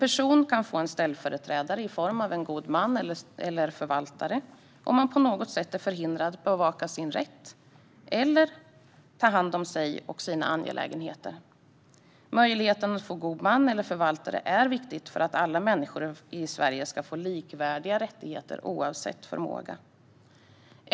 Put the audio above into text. Man kan få en ställföreträdare i form av en god man eller förvaltare om man på något sätt är förhindrad att bevaka sin rätt eller ta hand om sig och sina angelägenheter. Möjligheten att få god man eller förvaltare är viktig för att alla människor i Sverige ska få likvärdiga rättigheter oavsett förmåga.